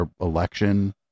election